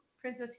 Princess